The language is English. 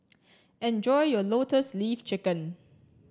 enjoy your lotus leaf chicken